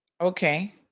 Okay